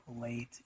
late